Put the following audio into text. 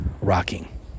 rocking